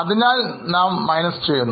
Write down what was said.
അതിനാൽ നാം കുറയ്ക്കുന്നു